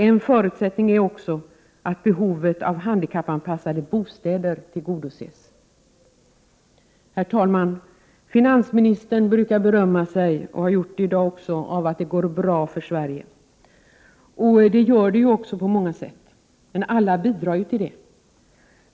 En förutsättning är också att behovet av handikappanpassade bostäder tillgodoses. Herr talman! Finansministern brukar berömma sig av, och han har gjort det även i dag, att det går bra för Sverige. Det gör det ju också på många sätt. Men alla bidrar ju till det.